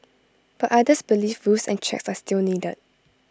but others believe rules and checks are still needed